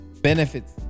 benefits